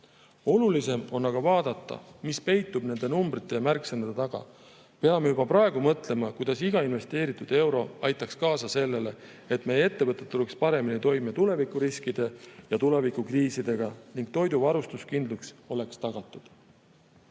Olulisem on aga vaadata, mis peitub nende numbrite ja märksõnade taga. Peame juba praegu mõtlema, kuidas iga investeeritud euro aitaks kaasa sellele, et meie ettevõtted tuleksid paremini toime tulevikuriskide ja tulevikukriisidega ning toidu varustuskindlus oleks tagatud. Euroopa